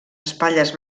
espatlles